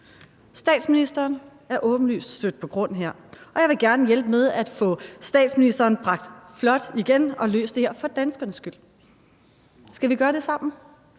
Statsministeren er åbenlyst stødt på grund her, og jeg vil gerne hjælpe med at få statsministeren bragt flot fri igen og få løst det her for danskernes skyld. Skal vi gøre det sammen?